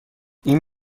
این